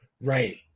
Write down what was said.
Right